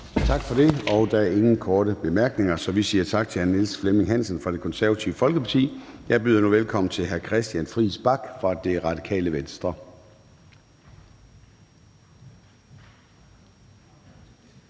Tak for det. Der er ingen korte bemærkninger, så vi siger tak til hr. Niels Flemming Hansen fra Det Konservative Folkeparti. Jeg byder nu velkommen til hr. Christian Friis Bach fra Radikale Venstre.